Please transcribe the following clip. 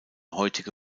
heutige